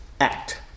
act